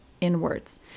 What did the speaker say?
inwards